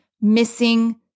missing